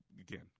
again